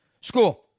school